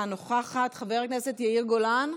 אינה נוכחת, חבר הכנסת יאיר גולן,